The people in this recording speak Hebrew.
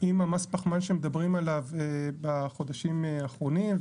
עם מס הפחמן שמדברים עליו בחודשים האחרונים.